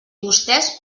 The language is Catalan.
vostès